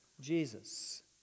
Jesus